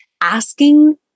asking